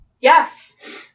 Yes